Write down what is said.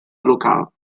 local